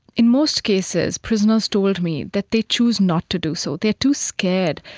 in most cases prisoners told me that they choose not to do so. they are too scared,